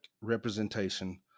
Representation